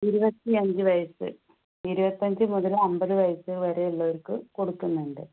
ഇരുപത്തിയഞ്ച് വയസ് ഇരുപത്തിയഞ്ച് മുതൽ അമ്പത് വയസ് വരെ ഉള്ളവർക്ക് കൊടുക്കുന്നുണ്ട്